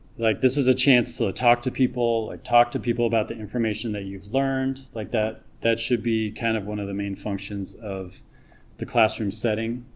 like this is a chance to so ah talk to people i talked to people about the information that you've learned like that that should be kind of one of the main functions of the classroom setting